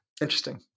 interesting